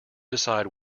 decide